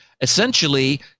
Essentially